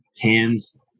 hands